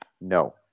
No